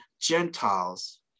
Gentiles